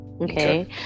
Okay